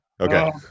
Okay